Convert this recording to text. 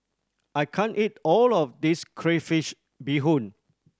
I can't eat all of this crayfish beehoon